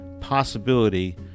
possibility